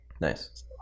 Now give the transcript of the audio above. Nice